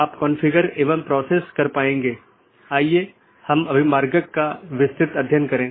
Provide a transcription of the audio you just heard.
और एक autonomous system एक ही संगठन या अन्य सार्वजनिक या निजी संगठन द्वारा प्रबंधित अन्य ऑटॉनमस सिस्टम से भी कनेक्ट कर सकती है